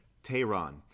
Tehran